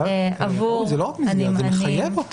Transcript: נאמרו פה דברים שהם לא מה שאנחנו מכירים.